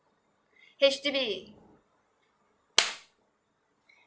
H_D_B